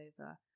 over